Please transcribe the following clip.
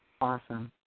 Awesome